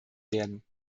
werden